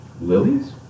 Lilies